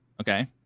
Okay